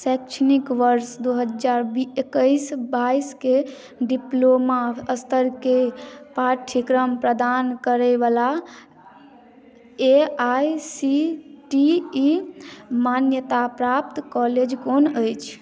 शैक्षणिक वर्ष दू हजार एकैस बाइसके डिप्लोमा स्तरके पाठ्यक्रम प्रदान करैवला A I C T E मान्यताप्राप्त कॉलेज कोन अछि